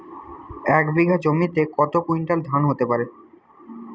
এক বিঘা জমিতে কত কুইন্টাল ধান হতে পারে?